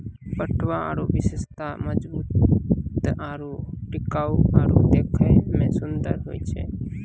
पटुआ रो विशेषता मजबूत आरू टिकाउ आरु देखै मे सुन्दर होय छै